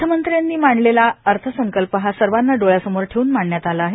अर्थमंत्र्यांनी मांडलेला अर्थसंकल्प हा सर्वांना डोळ्यासमोर ठेवून मांडण्यात आला आहे